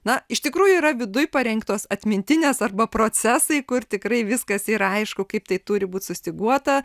na iš tikrųjų yra viduj parengtos atmintinės arba procesai kur tikrai viskas yra aišku kaip tai turi būt sustyguota